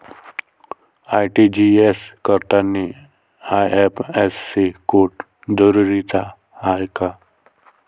RTGS करतांनी IFSC code जरुरीचा हाय का?